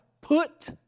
put